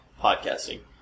podcasting